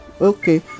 okay